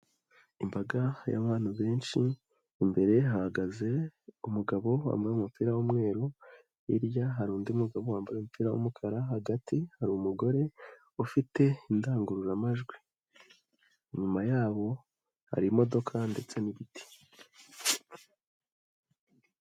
Imbaga y'abantu benshi, imbere hahagaze umugabo wambaye umupira w'umweru, hirya hari undi mugabo wambaye umupira w'umukara hagati hari umugore, ufite indangururamajwi. Inyuma yabo, hari imodoka ndetse n'igiti.